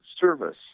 service